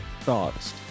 thoughts